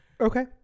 Okay